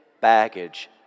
baggage